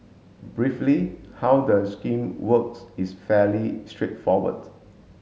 briefly how the scheme works is fairly straightforward